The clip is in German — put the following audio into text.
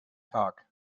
tag